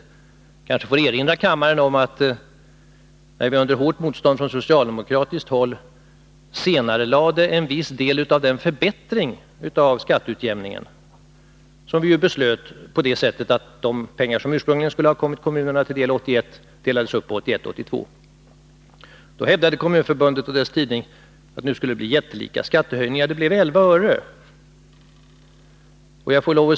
Jag kanske får erinra kammaren om att när vi under hårt motstånd från socialdemokratiskt håll senarelade en viss del av den beslutade förbättringen av skatteutjämningen, så gjordes det en uppdelning på 1981 och 1982 av de pengar som kommunerna skulle ha fått 1981. Då hävdade Kommunförbundet och dess tidning att nu skulle det bli jättelika skattehöjningar; det blev 11 öre.